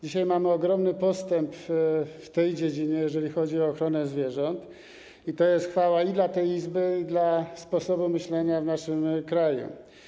Dzisiaj mamy ogromny postęp w tej dziedzinie, jeżeli chodzi o ochronę zwierząt, i za to chwała i tej Izbie, i sposobowi myślenia w naszym kraju.